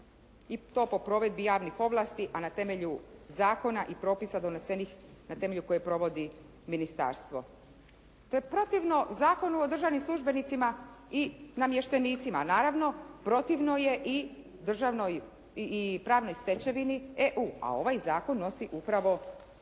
I to po provedbi javnih ovlasti a na temelju zakona i propisa donesenih na temelju koje provodi ministarstvo. To je protivno Zakonu o državnim službenicima i namještenicima. A naravno protivno je i državnoj i pravnoj stečevini EU a ovaj zakon nosi upravo